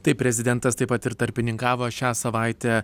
tai prezidentas taip pat ir tarpininkavo šią savaitę